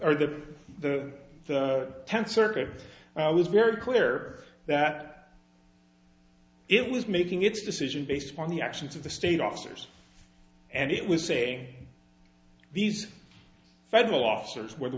or the the tenth circuit was very clear that it was making its decision based upon the actions of the state officers and it was say these federal officers were the